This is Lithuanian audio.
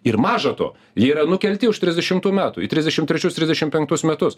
ir maža to jie yra nukelti už trisdešimtų metų į trisdešim trečius trisdešim penktus metus